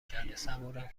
کرده، صبورم